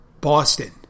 Boston